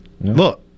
look